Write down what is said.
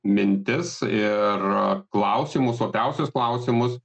mintis ir klausimus opiausius klausimus